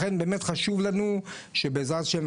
לכן באמת חשוב לנו שבעזרת השם,